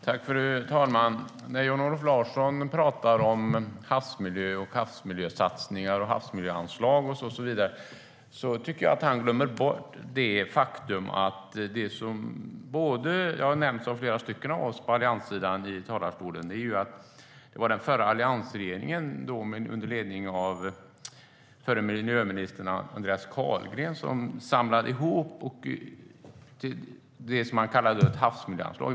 Fru talman! När Jan-Olof Larsson talar om havsmiljösatsningar och havsmiljöanslag tycker jag att han glömmer bort ett faktum som har nämnts av flera av oss på allianssidan, nämligen att det var alliansregeringen som, under ledning av miljöminister Andreas Carlgren, samlade ihop det man kallade för ett havsmiljöanslag.